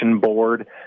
board